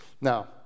Now